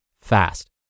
fast